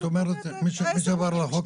את אומרת שמי שעבר על החוק,